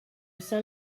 saint